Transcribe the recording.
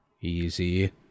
Easy